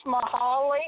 Mahali